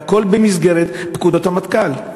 והכול במסגרת פקודות המטכ"ל.